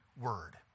word